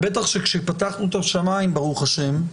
ובטח כשפתחנו את השמיים ברוך השם.